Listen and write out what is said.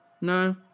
No